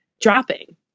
dropping